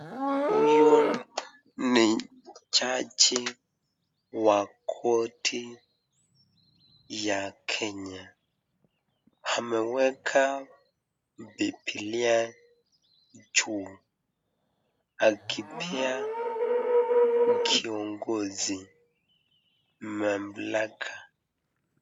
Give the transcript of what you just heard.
Huyu ni jaji wa koti ya Kenya ameweka bibilia juu, akipea kiongozi mamlaka.